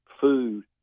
food